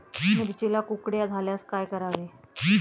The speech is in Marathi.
मिरचीला कुकड्या झाल्यास काय करावे?